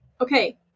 Okay